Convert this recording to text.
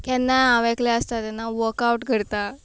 केन्ना हांव एकलें आसता तेन्ना वर्कआवट करतां